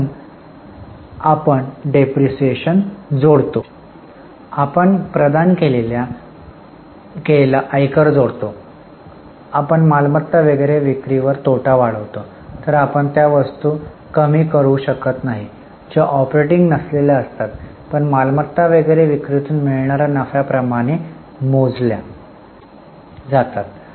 म्हणून आम्ही डेप्रिसिएशन जोडतो आम्ही प्रदान केलेला आयकर जोडतो आम्ही मालमत्ता वगैरे विक्रीवर तोटा वाढवतो तर आम्ही त्या वस्तू कमी करू शकत नाही ज्या ऑपरेटिंग नसलेल्या असतात पण मालमत्ता वगैरे विक्रीतून मिळणाऱ्या नफ्याप्रमाणे मोजल्या जातात